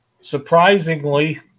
Surprisingly